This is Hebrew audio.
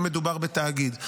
אם מדובר בתאגיד.